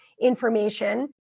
information